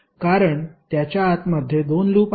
कारण त्याच्या आतमध्ये 2 लूप आहेत